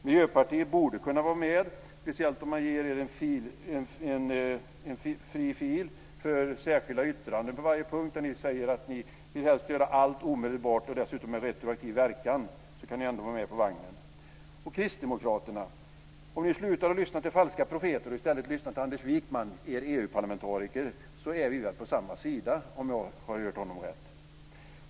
Miljöpartiet borde kunna vara med, speciellt om man ger er en fri fil för särskilda yttranden på varje punkt där ni säger att ni helst vill göra allt omedelbart och dessutom med retroaktiv verkan, så kan ni ändå vara med på vagnen. Och Kristdemokraterna: Om ni slutar lyssna till falska profeter och i stället lyssnar till Anders Wijkman, er EU-parlamentariker, så är vi väl på samma sida, om jag har hört honom rätt.